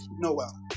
Noel